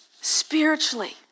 spiritually